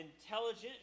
intelligent